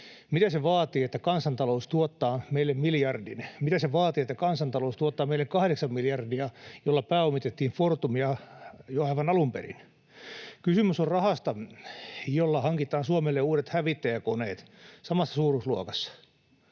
Mitä se vaatii, että kansantalous tuottaa meille miljardin? Mitä se vaatii, että kansantalous tuottaa meille kahdeksan miljardia, jolla pääomitettiin Fortumia jo aivan alun perin? Kysymys on rahasta, jolla hankitaan Suomelle uudet hävittäjäkoneet, samassa suuruusluokassa